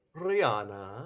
Rihanna